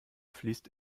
fließt